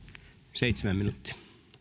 seitsemän minuuttia